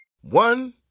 One